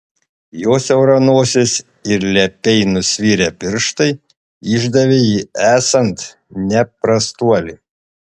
jo siaura nosis ir lepiai nusvirę pirštai išdavė jį esant ne prastuoli